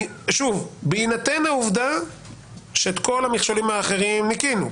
בהינתן העובדה שאת כל המכשולים האחרים ניקינו,